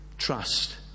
trust